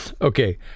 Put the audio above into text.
Okay